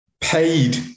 paid